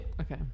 Okay